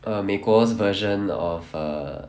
err 美国 version of err